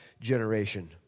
generation